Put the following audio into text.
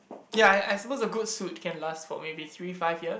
ya I I suppose a good suit can last for maybe three five years